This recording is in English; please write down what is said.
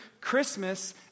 Christmas